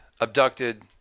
abducted